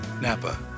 Napa